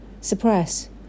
suppress